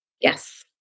Yes